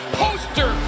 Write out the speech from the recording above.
poster